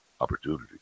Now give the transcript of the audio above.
opportunity